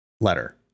letter